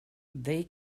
they